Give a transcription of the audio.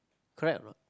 correct or not